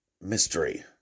mystery